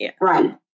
Right